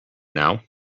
now